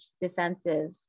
defensive